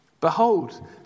Behold